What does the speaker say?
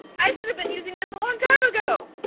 i should have been using this a long time ago.